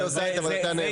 היא עושה את עבודתה נאמנה.